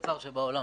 מאיפה אתה, ארל'ה?